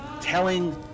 telling